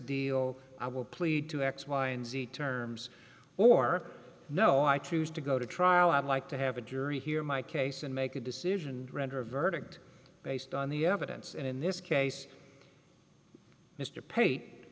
deal i will plead to x y and z terms or no i choose to go to trial i'd like to have a jury hear my case and make a decision render a verdict based on the evidence and in this case mr